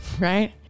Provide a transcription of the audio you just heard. right